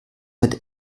mit